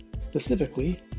Specifically